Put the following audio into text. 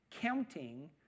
counting